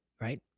right